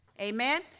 amen